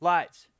Lights